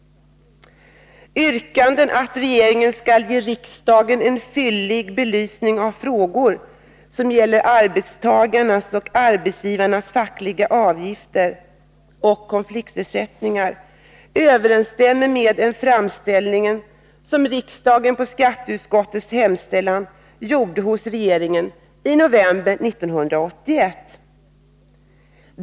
Yrkandet att regeringen skall ge riksdagen en fyllig belysning av frågor som gäller arbetstagarnas och arbetsgivarnas fackliga avgifter och konfliktersättningar överensstämmer med den framställning som riksdagen på skatteutskottets hemställan gjorde hos regeringen i november 1981.